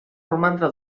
romandre